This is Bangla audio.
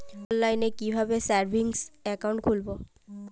অনলাইনে কিভাবে সেভিংস অ্যাকাউন্ট খুলবো?